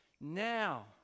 now